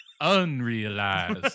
Unrealized